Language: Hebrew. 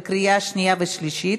בקריאה שנייה ושלישית.